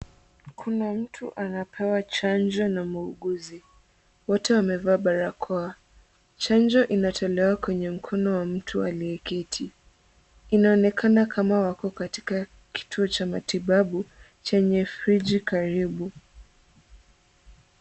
Kuna mtu anapewa chanjo na muuguzi. Wote wamevaa barakoa. Chanjo inatolewa kwenye mkono wa mtu aliyeketi. Inaonekana kama wako katika kituo cha matibabu chenye friji karibu.